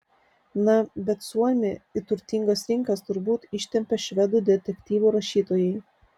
na bet suomį į turtingas rinkas turbūt ištempė švedų detektyvų rašytojai